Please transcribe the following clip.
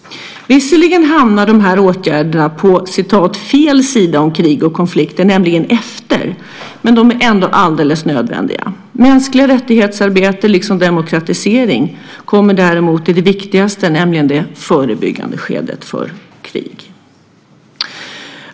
Visserligen hamnar dessa åtgärder på "fel" sida om krig och konflikter, nämligen efter , men de är ändå alldeles nödvändiga. Arbete med mänskliga rättigheter liksom demokratisering kommer däremot i det viktigaste, nämligen i det förebyggande, skedet när det handlar om krig.